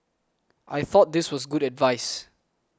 I thought this was good advice